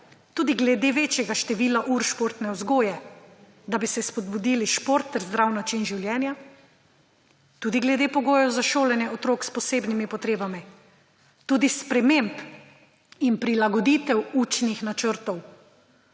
tudi glede večjega števila ur športne vzgoje, da bi se spodbudili šport ter zdrav način življenja, tudi glede pogojev za šolanje otrok s posebnimi potrebami, tudi sprememb in prilagoditev učnih načrtov,